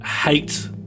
hate